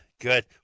Good